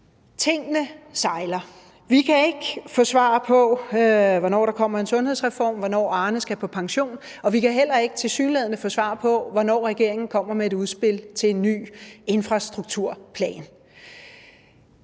Tingene sejler. Vi kan ikke få svar på, hvornår der kommer en sundhedsreform, eller hvornår Arne skal på pension, og vi kan tilsyneladende heller ikke få svar på, hvornår regeringen kommer med et udspil til en ny infrastrukturplan.